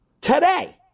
Today